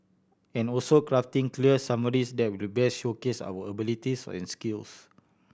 and also crafting clear summaries that will best showcase our abilities and skills